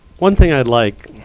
one thing i'd like,